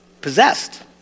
possessed